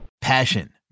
Passion